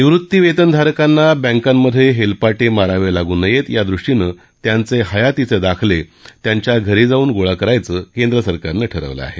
निवृत्ती वेतनधारकानां बँकांमधे हेलपाटे मारावे लागू नयेत यादृष्टीनं त्यांचे हयातीचे दाखले त्यांच्या घरी जाऊन गोळा करायचं केंद्रसरकारनं ठरवलं आहे